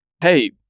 hey